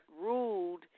ruled